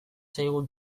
zaigu